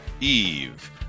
Eve